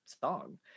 song